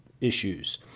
issues